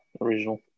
original